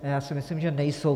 Já si myslím, že nejsou.